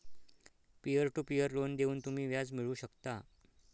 peer to peer loan देऊन तुम्ही व्याज मिळवू शकता